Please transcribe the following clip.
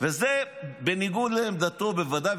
וזה בניגוד לעמדתו בוודאי,